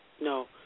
No